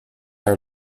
are